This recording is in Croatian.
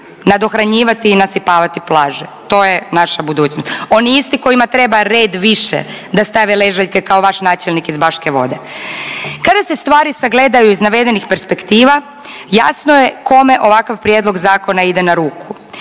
nadohranjivati i nasipavati plaže. To je naša budućnost. Oni isti kojima treba red više da stave ležaljke kao vaš načelnik iz Baške Vode. Kada se stvari sagledaju iz navedenih perspektiva jasno je kome ovakav prijedlog zakona ide na ruku.